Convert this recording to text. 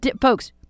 folks